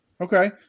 Okay